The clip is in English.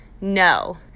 No